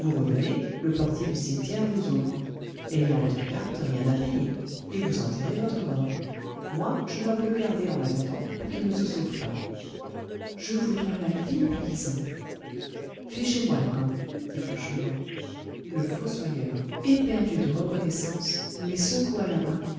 revenez le portier du cimetière vous ouvre ayant votre carte rien à payer et vous enterrez votre mort moi je vas vous le garder en attendant pour qu'il ne se sauve pas je vous dois la vie paysan fichez-moi le camp dit fauchelevent le fossoyeur éperdu de reconnaissance lui secoua la main